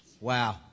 Wow